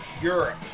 Europe